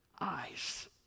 eyes